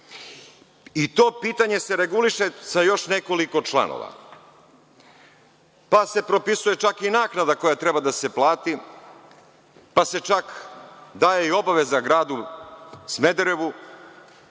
To pitanje se reguliše sa još nekoliko članova. Pa, se propisuje čak i naknada koja treba da se plati, pa se čak i daje obaveza gradu Smederevu